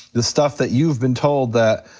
the stuff that you've been told that,